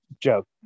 joke